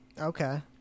okay